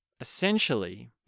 essentially